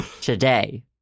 today